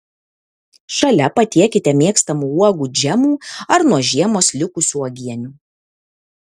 šalia patiekite mėgstamų uogų džemų ar nuo žiemos likusių uogienių